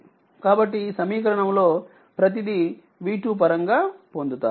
కాబట్టి ఈ సమీకరణం లో ప్రతీది V2 పరంగా పొందుతారు